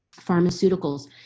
pharmaceuticals